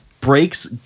breaks